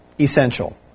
essential